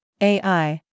AI